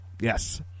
Yes